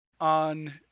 on